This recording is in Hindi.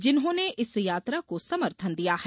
जिन्होंने इस यात्रा को समर्थन दिया है